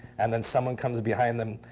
and then someone comes to behind them.